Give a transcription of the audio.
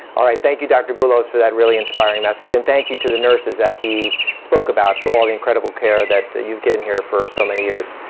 all right, thank you dr. boulos, for that really inspiring message. and thank you to the nurses that he spoke about, for all the incredible care that you've given here for so many years.